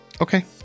okay